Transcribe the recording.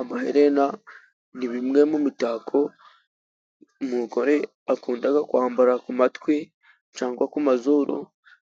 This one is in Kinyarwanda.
Amaherena ni bimwe mu mitako umugore akunda kwambara ku matwi cyangwa ku mazuru